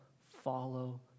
follow